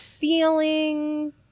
feelings